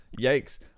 Yikes